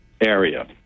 area